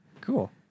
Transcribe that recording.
Cool